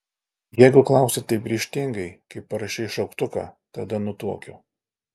jeigu klausi taip ryžtingai kaip parašei šauktuką tada nutuokiu